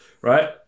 right